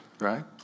right